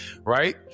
right